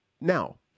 Now